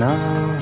Now